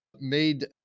made